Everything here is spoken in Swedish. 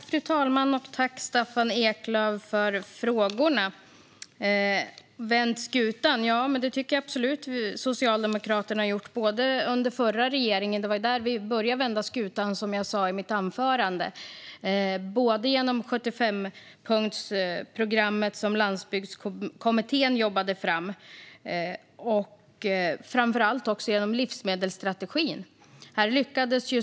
Fru talman! Tack, Staffan Eklöf, för frågan! Jag tycker absolut att Socialdemokraterna har vänt skutan. Som jag sa i mitt huvudanförande började vi vända skutan under den förra mandatperioden. Vi gjorde det både genom det 75-punktsprogram som Parlamentariska landsbygdskommittén jobbade fram och genom framför allt livsmedelsstrategin.